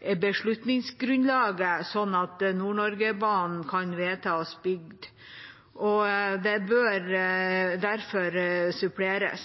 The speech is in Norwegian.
at Nord-Norge-banen kan vedtas. Den bør derfor suppleres,